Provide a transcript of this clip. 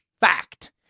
Fact